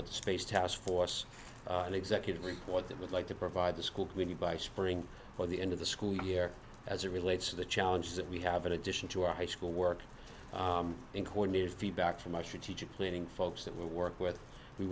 with the space task force and executive what that would like to provide the school we need by spring for the end of the school year as it relates to the challenges that we have in addition to our high school work and coordinated feedback from our strategic planning folks that we work with we